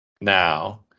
now